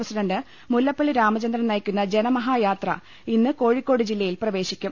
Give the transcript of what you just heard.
president Mullappally Ramachandran നയിക്കുന്ന ജന മഹായാത്ര ഇന്ന് കോഴിക്കോട് ജില്ലയിൽ പ്രവേശിക്കും